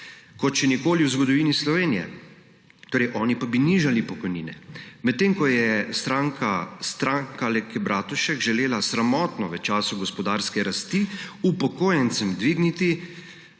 kot še nikoli v zgodovini Slovenije, oni pa bi nižali pokojnine; medtem ko je Stranka Alenke Bratušek želela sramotno v času gospodarske rasti upokojencem dvigniti